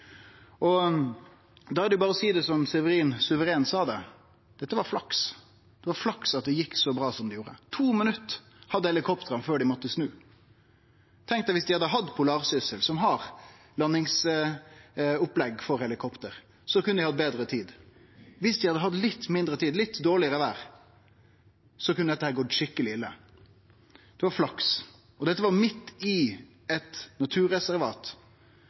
Og da er det berre å seie, som Severin Suveren sa det: Dette var flaks! Det var flaks at det gjekk så bra som det gjorde. To minutt hadde helikoptra før dei måtte snu. Tenk om dei hadde hatt «Polarsyssel», som har landingsopplegg for helikopter, så kunne dei hatt betre tid. Dersom dei hadde hatt litt mindre tid, litt dårlegare vêr, kunne dette gått skikkeleg ille. Det var flaks, og dette var midt i eit naturreservat